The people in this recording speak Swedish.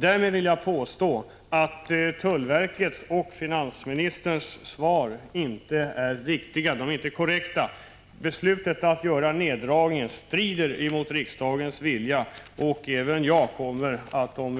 Därmed vill jag påstå att tullverkets uppgifter och finansministerns svar inte är korrekta. Beslutet att genomföra neddragningen strider mot riksdagens vilja. Om